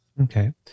okay